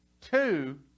two